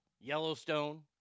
Yellowstone